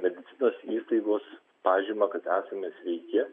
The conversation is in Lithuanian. medicinos įstaigos pažymą kad esame sveiki